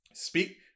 speak